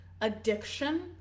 addiction